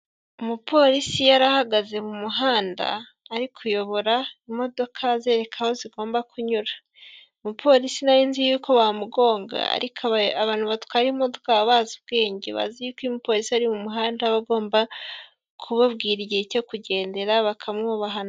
Umupolisi yari ahagaze mu muhanda, ari kuyobora imodoka azereka aho zigomba kunyura, umupolisi nari nzi yuko bamugonga, ariko abantu batwara imodoka baba bazi ubwenge, bazi yuko iyo umupolisi ari mu muhanda, aba agomba kubabwira igihe cyo kugendera, bakamwubaha nabo.